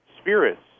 Spirits